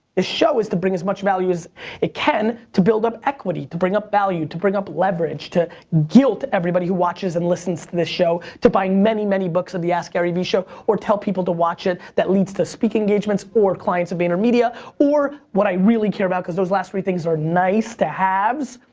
this show is to bring as much value as it can to build up equity, to bring up value, to bring up leverage. to guilt everybody who watches and listens to this show to buying many, many books of the askgaryvee show. or tell people to watch it. that leads to speaking engagements or clients of vaynermedia. or, what i really care about, cause those last three things are nice-to-haves,